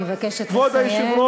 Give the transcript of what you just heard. אני מבקשת לסיים.